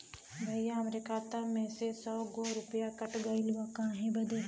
भईया हमरे खाता मे से सौ गो रूपया कट गइल बा काहे बदे?